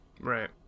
Right